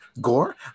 gore